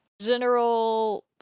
general